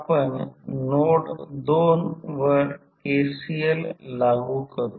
आपण नोड 2 वर KCL लागू करू